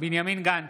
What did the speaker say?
בנימין גנץ,